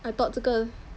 I thought 这个